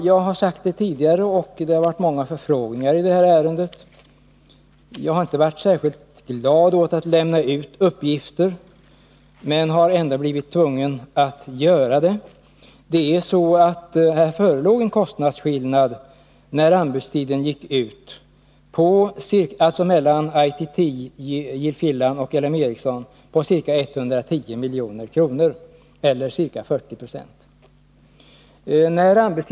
Jag har sagt detta tidigare — det har varit många förfrågningar i det här ärendet. Jag har inte varit särskilt glad åt att lämna ut uppgifter om det, men har ändå blivit tvungen att göra det. När anbudstiden gick ut var kostnadsskillnaden mellan ITT och L M Ericsson ca 110 milj.kr. eller ca 40 20.